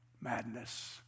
madness